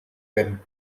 pin